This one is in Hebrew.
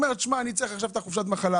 עכשיו הוא צריך את הימים האלה.